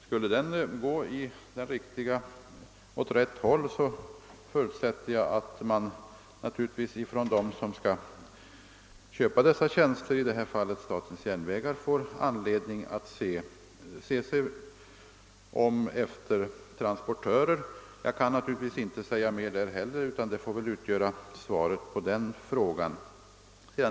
Skulle den gå åt rätt håll, förutsätter jag att de som skall köpa tjänsterna får anledning att se sig om efter transportörer. Jag kan naturligtvis inte säga mer på den punkten heller, utan detta får utgöra svaret på herr Dahlgrens fråga.